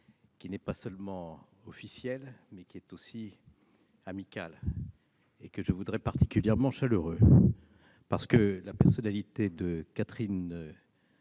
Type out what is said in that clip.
qui n'est pas seulement officiel, mais qui est aussi amical, et que je voudrais particulièrement chaleureux. La personnalité très